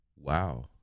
wow